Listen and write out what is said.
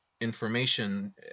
information